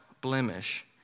blemish